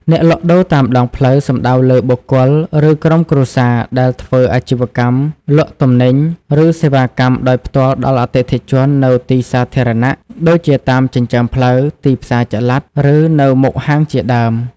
អ្នកលក់ដូរតាមដងផ្លូវសំដៅលើបុគ្គល ឬក្រុមគ្រួសារដែលធ្វើអាជីវកម្មលក់ទំនិញ ឬសេវាកម្មដោយផ្ទាល់ដល់អតិថិជននៅទីសាធារណៈ ដូចជាតាមចិញ្ចើមផ្លូវ ទីផ្សារចល័ត ឬនៅមុខហាងជាដើម ។